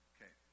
Okay